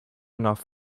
enough